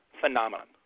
phenomenon